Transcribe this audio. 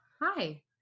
Hi